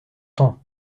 temps